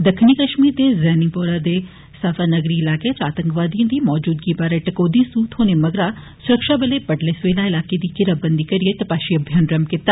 दक्खणी कश्मीर दे जैनीपोरा दे साफानागरी इलाकें च आतंकवादियें दी मजूदगी बारै टकोहदी सुह थ्होने मगरा सुरक्षाबलें बडलै सबेला इलाकें दी घेराबदी करियै तपाशी अभियान रम्म कीता